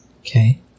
Okay